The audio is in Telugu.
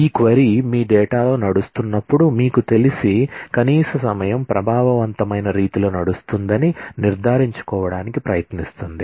ఈ క్వరీ మీ డేటాలో నడుస్తున్నప్పుడు మీకు తెలిసి కనీస సమయం ప్రభావవంతమైన రీతిలో నడుస్తుందని నిర్ధారించుకోవడానికి ప్రయత్నిస్తుంది